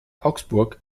augsburg